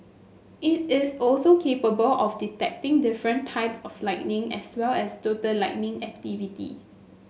it is also capable of detecting different types of lightning as well as total lightning activity